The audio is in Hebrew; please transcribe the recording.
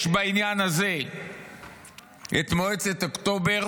יש בעניין הזה את מועצת אוקטובר,